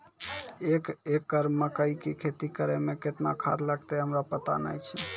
एक एकरऽ मकई के खेती करै मे केतना खाद लागतै हमरा पता नैय छै?